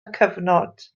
cyfnod